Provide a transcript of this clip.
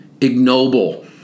ignoble